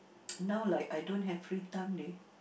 now like I don't have free time leh